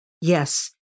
Yes